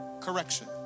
correction